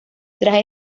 tras